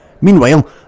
Meanwhile